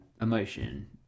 emotion